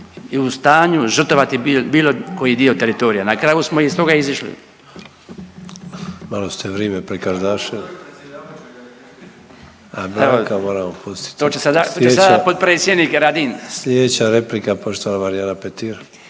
i u stanju žrtvovati bilo koji dio teritorija. Na kraju smo iz toga izišli.